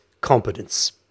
competence